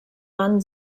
man